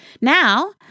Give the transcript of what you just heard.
Now